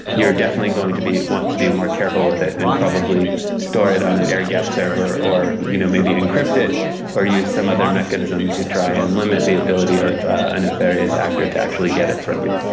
you are definitely going to want to be more careful with it and probably store it on an air-gapped server or you know maybe encrypt it or use some other mechanism to try and limit the ability of a nefarious actor to actually get it from you.